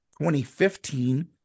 2015